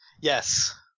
Yes